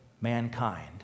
mankind